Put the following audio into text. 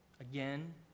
again